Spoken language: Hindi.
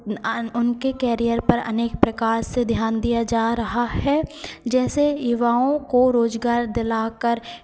उनके कैरियर पर अनेक प्रकार से ध्यान दिया जा रहा है जैसे युवाओं को रोज़गार दिलाकर